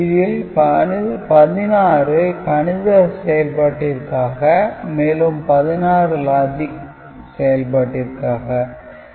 இதில் 16 கணித செயல்பாட்டிற்காக மேலும் 16 லாஜிக் செயல்பாட்டிற்காக உள்ளது